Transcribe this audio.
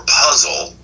puzzle